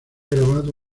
grabado